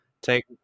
Take